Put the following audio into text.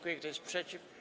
Kto jest przeciw?